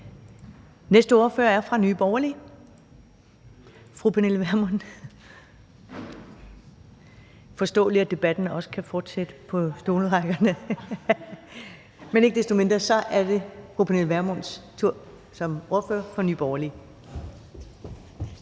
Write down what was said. Næste ordfører er fra Nye Borgerlige, fru Pernille Vermund. Det er forståeligt, at debatten også kan fortsætte på stolerækkerne, men ikke desto mindre er det fru Pernille Vermunds tur som ordfører for Nye Borgerlige.